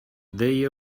they